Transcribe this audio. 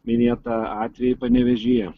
minėtą atvejį panevėžyje